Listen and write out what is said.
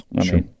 Sure